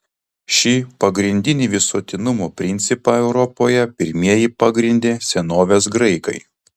šį pagrindinį visuotinumo principą europoje pirmieji pagrindė senovės graikai